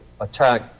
attack